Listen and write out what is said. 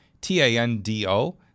T-A-N-D-O